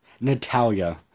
Natalia